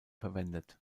verwendet